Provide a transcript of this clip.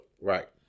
right